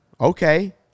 okay